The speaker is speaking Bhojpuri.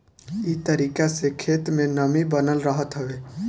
इ तरीका से खेत में नमी बनल रहत हवे